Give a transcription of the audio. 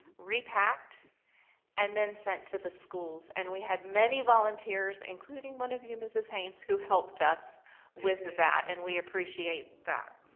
repacked and then sent to the schools. and we had many volunteers, including one of you mrs. haynes, who helped us with that and we appreciate that.